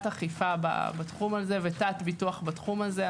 אכיפה בתחום הזה ותת ביטוח בתחום הזה.